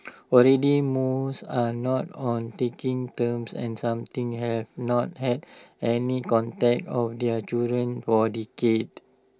already most are not on taking terms and something have not had any contact of their children for decades